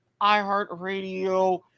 iHeartRadio